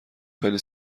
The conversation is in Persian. خیلی